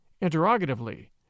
interrogatively